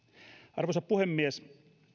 arvoisa puhemies